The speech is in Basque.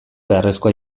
beharrezkoa